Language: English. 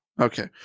Okay